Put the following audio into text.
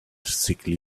sickly